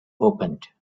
opened